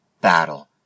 battle